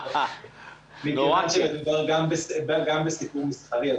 מכיוון שמדובר גם בסיכום מסחרי.